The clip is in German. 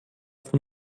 von